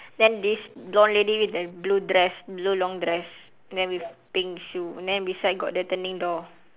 then this blonde lady with the blue dress blue long dress and then with pink shoe and then beside got the turning door